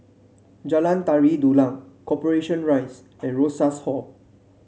Jalan Tari Dulang Corporation Rise and Rosas Hall